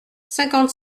cinquante